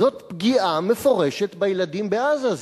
זאת פגיעה מפורשת בילדים בעזה.